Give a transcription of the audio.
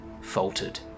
faltered